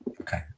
okay